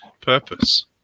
purpose